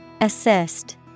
Assist